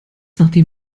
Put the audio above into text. nachdem